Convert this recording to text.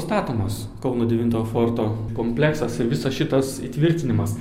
statomas kauno devinto forto kompleksas ir visas šitas įtvirtinimas